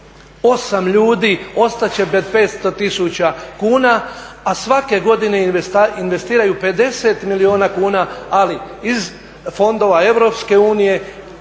8 ljudi ostat će bez 500 tisuća kuna, a svake godine investiraju 50 milijuna kuna, ali iz fondova EU, ne